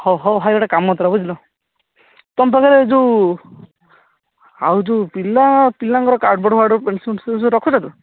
ହଉ ହଉ ଭାଇ ଗୋଟେ କାମ ଥିଲା ବୁଝିଲ ତୁମ ପାଖରେ ଯେଉଁ ଆଉ ଯେଉଁ ପିଲା ପିଲାଙ୍କର କାର୍ଡ଼ ବୋର୍ଡ଼ ମାର୍ଡ଼ ବୋର୍ଡ଼ ପେନସିଲ ସେ ସବୁ ରଖୁଛ ତ